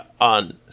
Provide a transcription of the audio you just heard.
on